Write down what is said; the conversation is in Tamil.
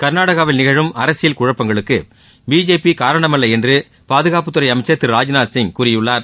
கர்நாடகாவில் நிகழும் அரசியல் குழப்பங்களுக்கு பிஜேபி காரணமல்ல என்று பாதுகாப்புத் துறை அமைச்சர் திரு ராஜ்நாத் சிங் கூறியுள்ளார்